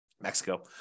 Mexico